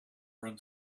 run